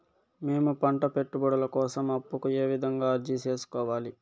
మేము పంట పెట్టుబడుల కోసం అప్పు కు ఏ విధంగా అర్జీ సేసుకోవాలి?